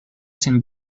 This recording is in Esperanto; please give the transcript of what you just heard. sen